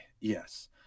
yes